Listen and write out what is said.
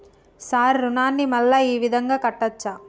Sir రుణాన్ని మళ్ళా ఈ విధంగా కట్టచ్చా?